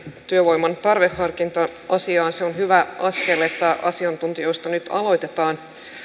työvoiman tarveharkinta asiaan se on hyvä askel että asiantuntijoista nyt aloitetaan